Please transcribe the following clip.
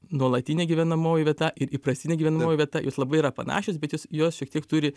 nuolatinė gyvenamoji vieta ir įprastinė gyvenamoji vieta jos labai yra panašios bet jos jos šiek tiek turi